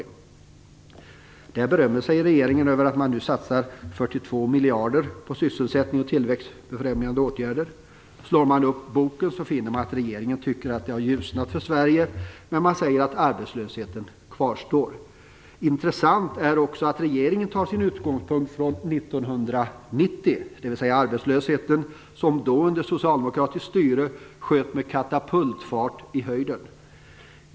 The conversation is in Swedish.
I den boken berömmer sig regeringen av att nu satsa 42 miljarder på sysselsättning och tillväxtfrämjande åtgärder. Slår man upp boken finner man att regeringen tycker att det har ljusnat för Sverige men ändå konstaterar att arbetslösheten kvarstår. Intressant är att regeringen tar sin utgångspunkt i 1990, då arbetslösheten under socialdemokratiskt styre sköt i höjden med katapultfart.